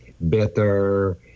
better